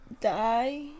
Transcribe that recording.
die